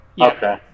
Okay